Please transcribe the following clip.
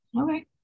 Okay